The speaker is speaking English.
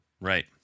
Right